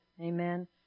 Amen